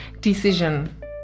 decision